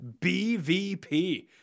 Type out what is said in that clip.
BVP